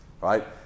right